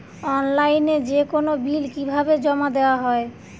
অনলাইনে যেকোনো বিল কিভাবে জমা দেওয়া হয়?